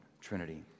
Trinity